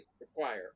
require